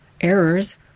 errors